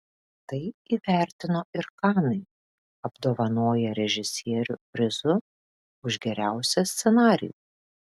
tai įvertino ir kanai apdovanoję režisierių prizu už geriausią scenarijų